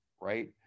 right